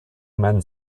men